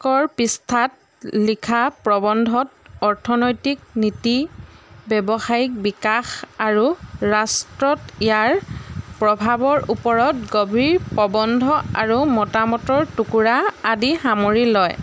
কৰ পৃষ্ঠাত লিখা প্ৰবন্ধত অৰ্থনৈতিক নীতি ব্যৱসায়িক বিকাশ আৰু ৰাষ্ট্ৰত ইয়াৰ প্ৰভাৱৰ ওপৰত গভীৰ প্ৰবন্ধ আৰু মতামতৰ টুকুৰা আদি সামৰি লয়